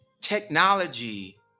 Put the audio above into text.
technology